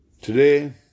Today